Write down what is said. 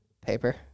Paper